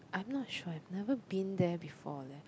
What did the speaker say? I'm not sure I've never been there before leh